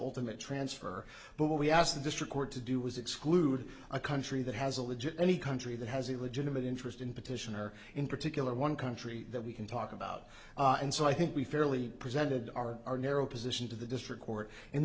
ultimate transfer but we asked the district court to do is exclude a country that has a legit any country that has a legitimate interest in petition or in particular one country that we can talk about and so i think we fairly presented our our narrow position to the district court